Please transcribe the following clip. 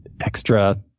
extra